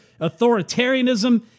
authoritarianism